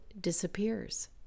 disappears